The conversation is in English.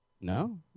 No